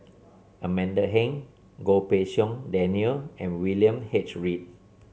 Amanda Heng Goh Pei Siong Daniel and William H Read